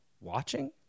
watching